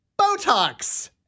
Botox